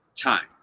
time